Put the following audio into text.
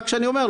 רק שאני אומר,